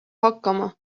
hakkama